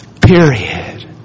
Period